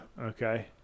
Okay